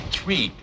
three